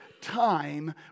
time